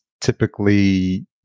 typically